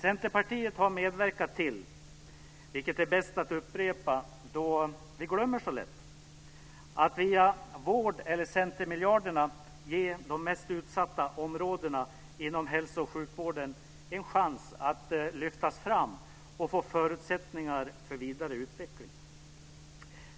Centerpartiet har medverkat till - det är bäst att upprepa, eftersom vi glömmer så lätt - att via vård eller centermiljarderna ge de mest utsatta områdena inom hälso och sjukvården en chans att lyftas fram och få förutsättningar för vidare utveckling.